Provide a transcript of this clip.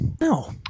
no